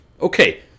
Okay